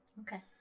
Okay